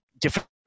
different